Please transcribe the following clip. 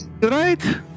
right